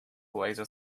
laser